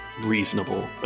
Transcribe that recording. reasonable